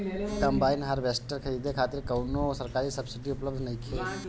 Combine harvester खरीदे खातिर कउनो सरकारी सब्सीडी उपलब्ध नइखे?